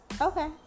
Okay